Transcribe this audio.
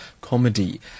comedy